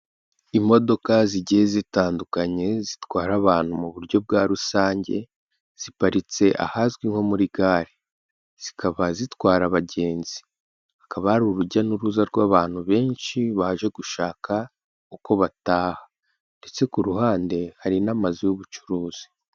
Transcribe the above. Imodoka zigiye zitandukanye zitwara abantu mu buryo bwa rusange, ziparitse ahazwi nko muri gare, zikaba zitwara abagenzi, hakaba hari urujya n'uruza rw'abantu benshi baje gushaka uko bataha ndetse ku ruhande hari n'amazu y'ubucuruzi.